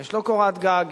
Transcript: יש לו קורת גג,